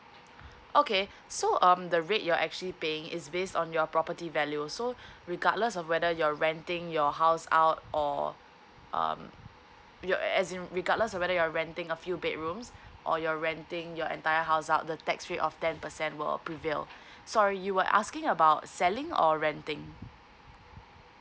okay so um the rate you're actually paying is based on your property value so regardless of whether you're renting your house out or um you're as in regardless whether you're renting a few bedrooms or you're renting your entire house up the tax rate of ten percent will prevail sorry you were asking about selling or renting